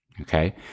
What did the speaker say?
okay